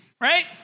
right